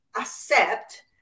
accept